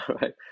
right